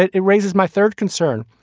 it it raises my third concern,